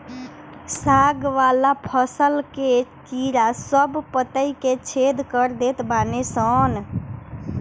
साग वाला फसल के कीड़ा सब पतइ के छेद कर देत बाने सन